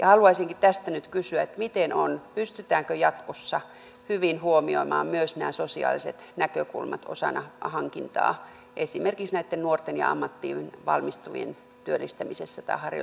haluaisinkin tästä nyt kysyä miten on pystytäänkö jatkossa hyvin huomioimaan myös nämä sosiaaliset näkökulmat osana hankintaa esimerkiksi näitten nuorten ja ammattiin valmistuvien työllistämisessä tai